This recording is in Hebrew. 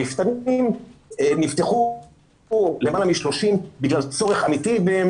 המפתנים נפתחו בגלל צורך אמיתי והם